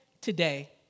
today